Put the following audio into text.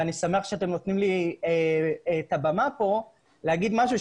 ואני שמח שאתם נותנים לי את הבמה פה להגיד משהו,